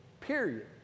period